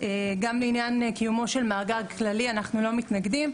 גם לעניין קיומו של מאגר כללי, אנחנו לא מתנגדים.